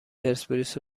پرسپولیس